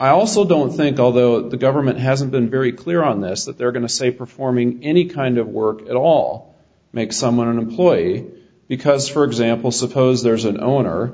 i also don't think although the government hasn't been very clear on this that they're going to say performing any kind of work at all makes someone an employee because for example suppose there's an owner